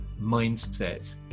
mindset